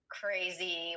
crazy